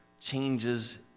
changes